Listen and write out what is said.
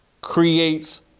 creates